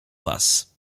was